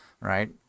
right